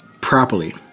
properly